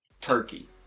Turkey